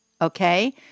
Okay